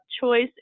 choice